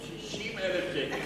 60,000 ש"ח.